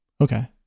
Okay